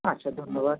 আচ্ছা ধন্যবাদ